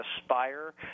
aspire